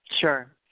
Sure